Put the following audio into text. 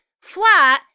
flat